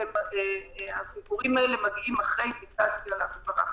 כי הביקורים האלה מגיעים אחרי אינדיקציה להפרה.